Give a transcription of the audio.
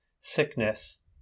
sickness